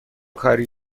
کاری